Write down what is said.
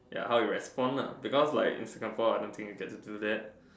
ya how it responds ah because I think like in Singapore I don't think you don't get to do that